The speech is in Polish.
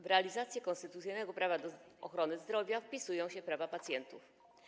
W realizację konstytucyjnego prawa do ochrony zdrowia wpisują się prawa pacjentów.